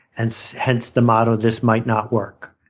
and so hence the model, this might not work.